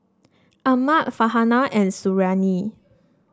Ahmad Farhanah and Suriani